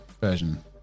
version